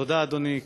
תודה, אדוני.